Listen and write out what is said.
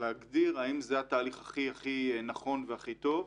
להגדיר אם זה התהליך הכי נכון והכי טוב.